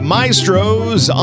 Maestro's